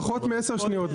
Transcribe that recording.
פחות מעשר שניות.